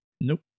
Nope